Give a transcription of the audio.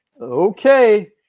Okay